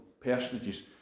personages